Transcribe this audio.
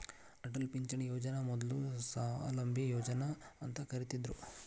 ಅಟಲ್ ಪಿಂಚಣಿ ಯೋಜನನ ಮೊದ್ಲು ಸ್ವಾವಲಂಬಿ ಯೋಜನಾ ಅಂತ ಕರಿತ್ತಿದ್ರು